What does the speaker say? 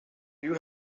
you